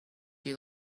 you